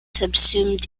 subsumed